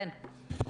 בבקשה.